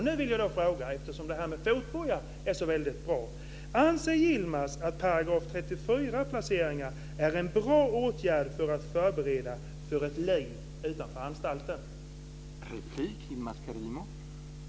Nu vill jag fråga - det här med fotboja är ju så bra: Anser Yilmaz att § 34-placeringar är en bra åtgärd för att förbereda för ett liv utanför anstalten?